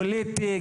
פוליטי,